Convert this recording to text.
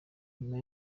nyuma